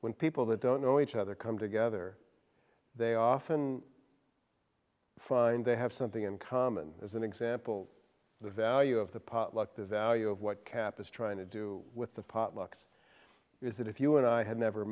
when people that don't know each other come together they often find they have something in common as an example the value of the pot luck the value of what cap is trying to do with the pot lucks is that if you and i had never